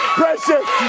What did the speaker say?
precious